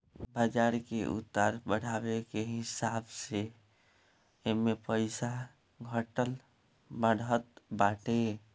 बाजार के उतार चढ़ाव के हिसाब से एमे पईसा घटत बढ़त बाटे